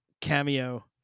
cameo